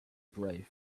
brave